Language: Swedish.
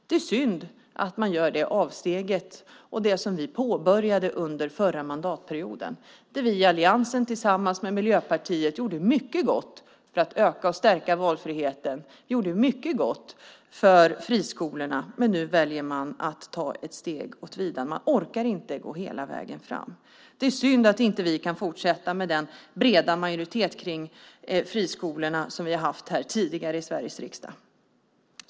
Det är synd att man gör ett avsteg från det vi påbörjade under förra mandatperioden där vi i alliansen tillsammans med Miljöpartiet gjorde mycket gott för att öka och stärka valfriheten. Vi gjorde mycket gott för friskolorna. Men nu väljer Miljöpartiet att ta ett steg åt sidan. Man orkar inte gå hela vägen fram. Det är synd att vi inte kan fortsätta med den breda majoritet för friskolorna som vi har haft här tidigare i Sveriges riksdag.